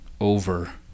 over